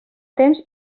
temps